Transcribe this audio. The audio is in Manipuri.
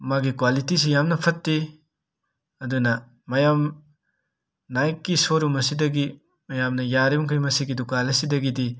ꯃꯥꯒꯤ ꯀ꯭ꯋꯥꯂꯤꯇꯤꯁꯤ ꯌꯥꯝꯅ ꯐꯠꯇꯦ ꯑꯗꯨꯅ ꯃꯌꯥꯝ ꯅꯥꯏꯛꯀꯤ ꯁꯣꯔꯨꯝ ꯑꯁꯤꯗꯒꯤ ꯃꯌꯥꯝꯅ ꯌꯥꯔꯤꯃꯈꯩ ꯃꯁꯤꯒꯤ ꯗꯨꯀꯥꯟ ꯑꯁꯤꯗꯒꯤꯗꯤ